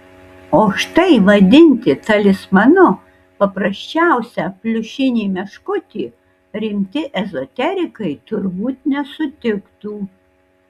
o štai vadinti talismanu paprasčiausią pliušinį meškutį rimti ezoterikai turbūt nesutiktų